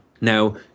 Now